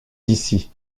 d’ici